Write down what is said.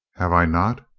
have i not?